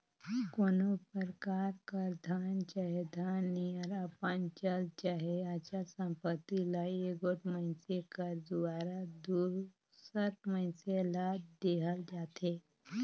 कोनो परकार कर धन चहे धन नियर अपन चल चहे अचल संपत्ति ल एगोट मइनसे कर दुवारा दूसर मइनसे ल देहल जाथे